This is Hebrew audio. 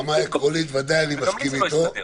ברמה העקרונית ודאי אני מסכים איתו.